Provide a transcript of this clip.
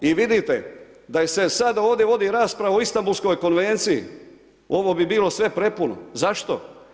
I vidite, da se sada ovdje vodi rasprava o Istanbulskoj konvenciji, ovo bi bilo sve prepuno, zašto?